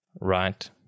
right